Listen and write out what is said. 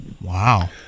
Wow